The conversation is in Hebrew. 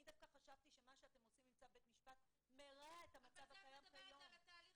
דווקא חשבתי שמה שאתם עושים עם צו בית משפט מרע את המצב לעומת היום.